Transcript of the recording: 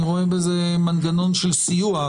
אני רואה בזה מנגנון סיוע,